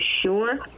sure